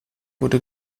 wurde